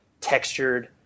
textured